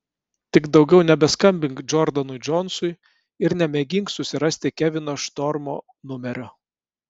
tik daugiau nebeskambink džordanui džonsui ir nemėgink susirasti kevino štormo numerio